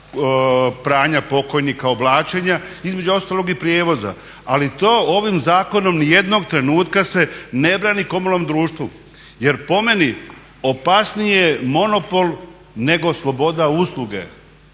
pranja pokojnika, oblačenja, između ostalog i prijevoza. Ali to ovim zakonom nijednog trenutka se ne brani komunalnom društvu jer po meni opasniji je monopol nego sloboda usluge.